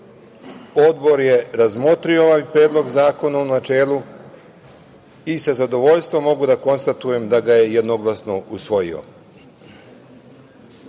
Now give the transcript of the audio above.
Odbor je razmotrio ovaj Predlog zakona u načelu i sa zadovoljstvom mogu da konstatujem da je jednoglasno usvojio. Moram